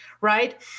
right